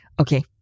Okay